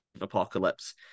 Apocalypse